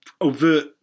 overt